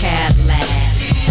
Cadillac